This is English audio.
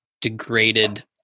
degraded